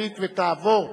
עובר?